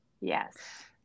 Yes